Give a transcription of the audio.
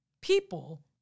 people